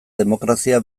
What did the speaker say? demokrazia